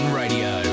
radio